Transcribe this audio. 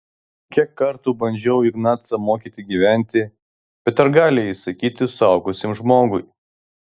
kiek kartų bandžiau ignacą mokyti gyventi bet ar gali įsakyti suaugusiam žmogui